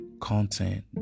content